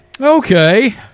Okay